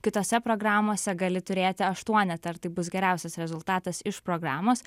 kitose programose gali turėti aštuonetą ir tai bus geriausias rezultatas iš programos